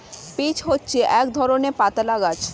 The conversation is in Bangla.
পিচ্ হচ্ছে এক ধরণের পাতলা গাছ